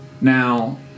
Now